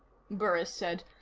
burris said.